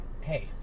Hey